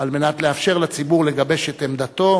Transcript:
על מנת לאפשר לציבור לגבש את עמדתו,